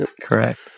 correct